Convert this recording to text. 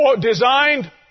designed